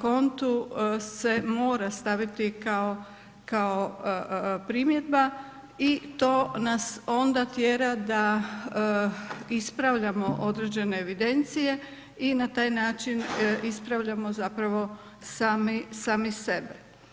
kontu se mora staviti kao primjedba i to nas onda tjera da ispravljamo određene evidencije i na taj način ispravljamo zapravo sami, sami sebe.